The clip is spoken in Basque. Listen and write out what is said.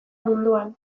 munduan